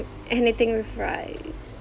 anything with rice